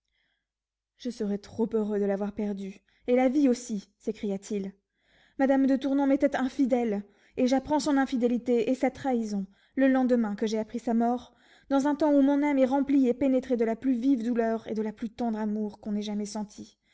je serais trop heureux de l'avoir perdue et la vie aussi s'écria-t-il madame de tournon m'était infidèle et j'apprends son infidélité et sa trahison le lendemain que j'ai appris sa mort dans un temps où mon âme est remplie et pénétrée de la plus vive douleur et de la plus tendre amour que l'on ait jamais senties